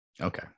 Okay